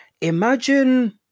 Imagine